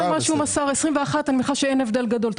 21 מניחה שאין הבדל גדול.